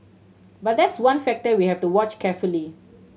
but that's one factor we have to watch carefully